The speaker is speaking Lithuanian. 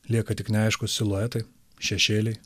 lieka tik neaiškūs siluetai šešėliai